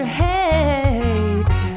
hate